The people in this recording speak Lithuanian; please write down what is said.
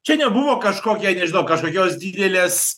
čia nebuvo kažkokia nežinau kažkokios didelės